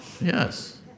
Yes